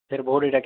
ଫେର୍ ଭୋଟ୍